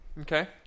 Okay